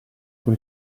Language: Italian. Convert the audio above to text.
con